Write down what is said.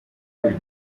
kuri